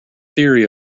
theory